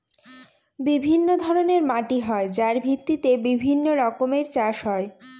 বিভিন্ন ধরনের মাটি হয় যার ভিত্তিতে বিভিন্ন রকমের চাষ হয়